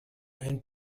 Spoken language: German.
ein